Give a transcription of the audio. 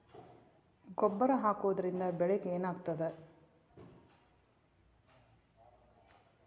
ಗೊಬ್ಬರ ಹಾಕುವುದರಿಂದ ಬೆಳಿಗ ಏನಾಗ್ತದ?